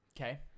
Okay